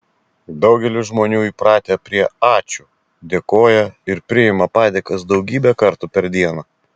daugelis žmonių įpratę prie ačiū dėkoja ir priima padėkas daugybę kartų per dieną